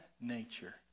nature